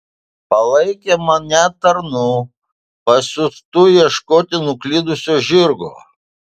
palaikė mane tarnu pasiųstu ieškoti nuklydusio žirgo